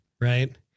right